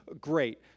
great